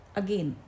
again